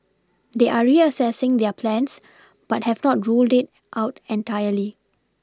they are reassessing their plans but have not ruled it out entirely